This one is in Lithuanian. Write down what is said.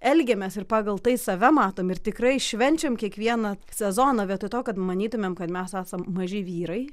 elgiamės ir pagal tai save matom ir tikrai švenčiam kiekvieną sezoną vietoj to kad manytumėm kad mes esam maži vyrai